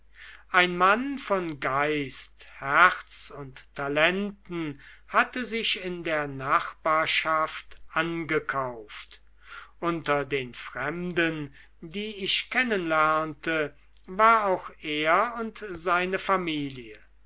ein mann von geist herz und talenten hatte sich in der nachbarschaft angekauft unter den fremden die ich kennen lernte war auch er und seine familie